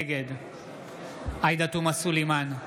נגד עאידה תומא סלימאן,